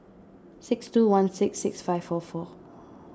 six two one six six five four four